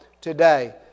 today